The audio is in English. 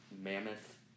mammoth